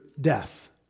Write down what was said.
death